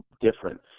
different